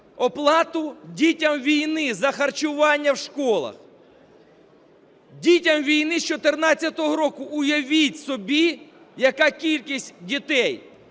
оплату дітям війни за харчування в школах. Дітям війни з 14-го року. Уявіть собі, яка кількість дітей.